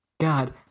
god